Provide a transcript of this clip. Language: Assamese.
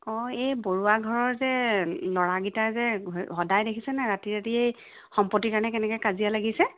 অ এই বৰুৱা ঘৰৰ যে ল'ৰাকেইটাই যে সদায় দেখিছেনে ৰাতি ৰাতি সম্পত্তিৰ কাৰণে কেনেকৈ কাজিয়া লাগিছে